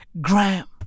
Graham